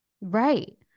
Right